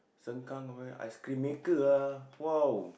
Sengkang where ice cream maker ah !wow!